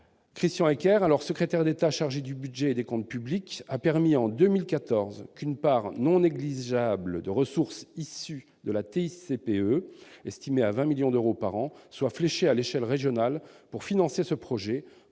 Christian Eckert, alors secrétaire d'État chargé du budget et des comptes publics, a permis qu'une part non négligeable de ressources issues de la TICPE, estimée à 20 millions d'euros par an, soit fléchée à l'échelle régionale pour financer ce projet,